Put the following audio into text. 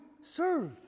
serve